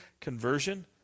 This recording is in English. conversion